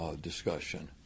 discussion